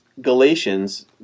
Galatians